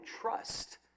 trust